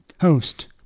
Host